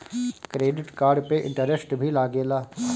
Credit card पे interest भी लागेला?